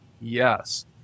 Yes